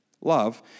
love